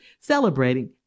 celebrating